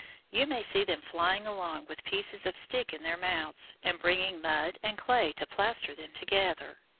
you may see them flying along with pieces of stick in their mouths, and bringing mud and clay to plaster them together.